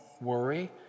worry